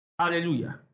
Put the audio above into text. Hallelujah